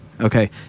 Okay